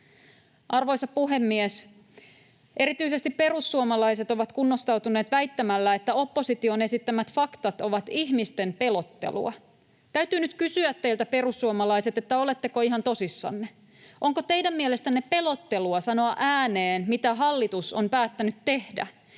Arvoisa puhemies! Erityisesti perussuomalaiset ovat kunnostautuneet väittämällä, että opposition esittämät faktat ovat ihmisten pelottelua. Täytyy nyt kysyä teiltä, perussuomalaiset, oletteko ihan tosissanne. Onko teidän mielestänne pelottelua sanoa ääneen, mitä hallitus on päättänyt tehdä?